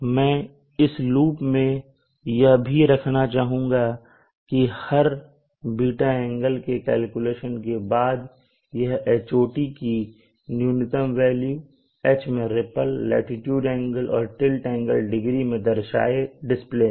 मैं इस लूप में यह भी रखना चाहूँगा कि हर ß एंगल के कैलकुलेशन के बाद यह Hot की न्यूनतम वेल्यू H मैं रीपल लाटीट्यूड एंगल और टिल्ट एंगल डिग्री में दर्शाए डिस्प्ले में